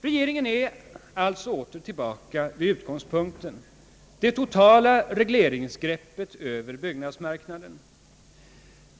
Regeringen är alltså åter tillbaka vid utgångspunkten: det totala regleringsgreppet över byggnadsmarknaden.